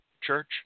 church